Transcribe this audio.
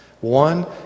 One